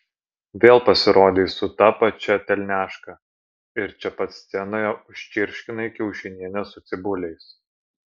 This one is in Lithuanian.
vėl pasirodei su ta pačia telniaška ir čia pat scenoje užčirškinai kiaušinienę su cibuliais